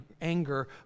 anger